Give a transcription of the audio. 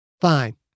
Fine